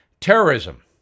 Terrorism